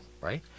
right